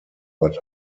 but